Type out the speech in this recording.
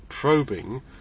probing